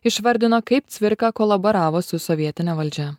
išvardino kaip cvirka kolaboravo su sovietine valdžia